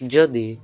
ଯଦି